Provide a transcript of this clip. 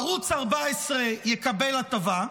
ערוץ 14 יקבל הטבה.